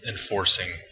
enforcing